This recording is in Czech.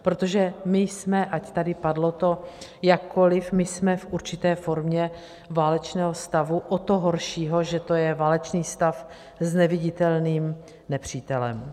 Protože my jsme, ať tady padlo to jakkoliv, my jsme v určité formě válečného stavu, o to horšího, že to je válečný stav s neviditelným nepřítelem.